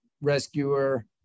rescuer